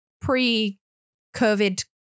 pre-covid